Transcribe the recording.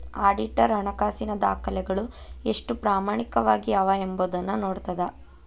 auditor ಹಣಕಾಸಿನ ದಾಖಲೆಗಳು ಎಷ್ಟು ಪ್ರಾಮಾಣಿಕವಾಗಿ ಅವ ಎಂಬೊದನ್ನ ನೋಡ್ತದ